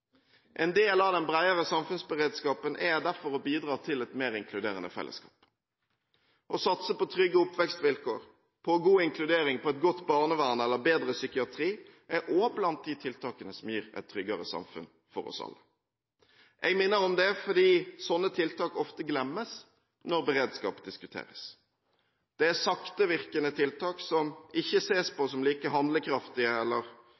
En del av den bredere samfunnsberedskapen er derfor å bidra til et mer inkluderende fellesskap. Å satse på trygge oppvekstvilkår, god inkludering, et godt barnevern eller bedre psykiatri er også blant de tiltakene som gir et tryggere samfunn for oss alle. Jeg minner om det, for sånne tiltak glemmes ofte når beredskap diskuteres. Det er saktevirkende tiltak, som ikke ses på som like handlekraftige eller